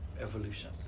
evolution